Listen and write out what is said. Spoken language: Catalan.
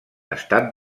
estat